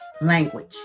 language